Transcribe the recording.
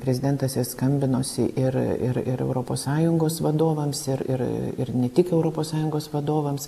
prezidentas jis skambinosi ir ir ir europos sąjungos vadovams ir ir ir ne tik europos sąjungos vadovams